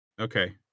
Okay